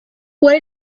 where